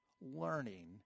learning